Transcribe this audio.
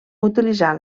utilitzar